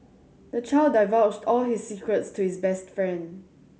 the child divulged all his secrets to his best friend